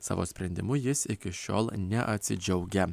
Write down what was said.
savo sprendimu jis iki šiol neatsidžiaugia